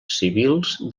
civils